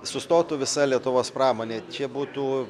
sustotų visa lietuvos pramonė čia būtų